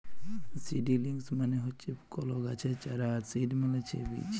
seedlings মানে হচ্যে কল গাছের চারা আর সিড মালে ছে বীজ